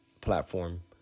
platform